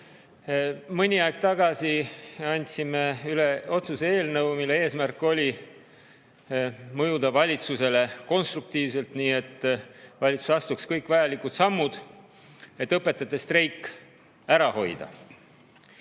Mõni aeg tagasi andsime üle otsuse eelnõu, mille eesmärk oli mõjuda valitsusele konstruktiivselt, nii et valitsus astuks kõik vajalikud sammud selleks, et õpetajate streiki ära hoida.